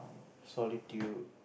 solitude